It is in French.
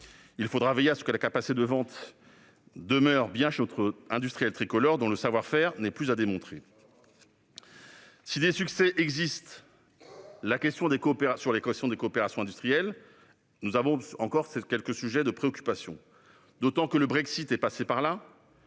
Il faudra veiller à ce que la capacité de vente demeure bien chez l'industriel tricolore, dont le savoir-faire n'est plus à démontrer. Si des succès existent, la question des coopérations industrielles reste un sujet de préoccupation. D'autant que le Brexit est passé par là,